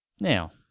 Now